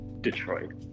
Detroit